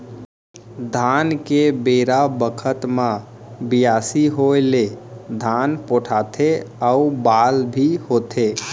धान के बेरा बखत म बियासी होय ले धान पोठाथे अउ बाल भी होथे